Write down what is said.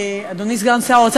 אדוני סגן שר האוצר,